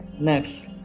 Next